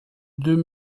deux